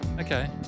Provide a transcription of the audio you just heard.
Okay